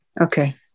Okay